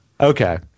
Okay